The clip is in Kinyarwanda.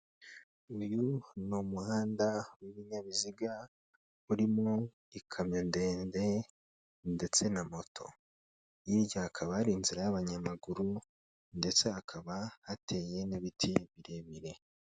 Uyu ni umuhanda w'ibinyabiziga urimo ikamyo ndende ndetse na moto, hirya hakaba hari inzira y'abanyamaguru ndetse hakaba hateye n'ibiti birebire.